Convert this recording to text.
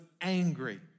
angry